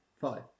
Five